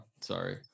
Sorry